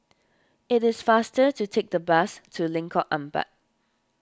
it is faster to take the bus to Lengkok Empat